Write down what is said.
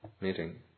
meeting